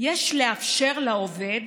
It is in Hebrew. יש לאפשר לעובד